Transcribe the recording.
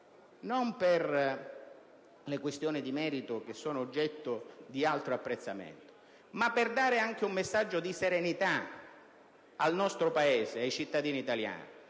alle questioni di merito che sono oggetto di altro apprezzamento - per dare anche un messaggio di serenità al nostro Paese e ai cittadini italiani;